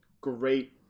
great